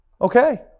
Okay